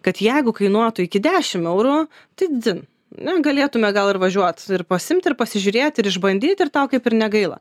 kad jeigu kainuotų iki dešim eurų tai dzin na galėtume gal ir važiuoti pasiimt ir pasižiūrėt ir išbandyt ir tau kaip ir negaila